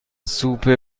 سوپ